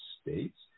states